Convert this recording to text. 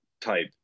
type